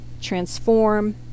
transform